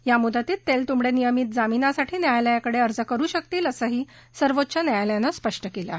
या मुदतीत तेलतुंबडे नियमित जामिनासाठी न्यायालयाकडे अर्ज करु शकतील असंही सर्वोच्च न्यायालयानं स्पष्ट केलं आहे